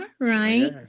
Right